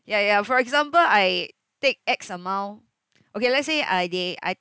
ya ya for example I take X amount okay let's say I they I